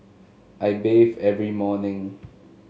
I bathe every morning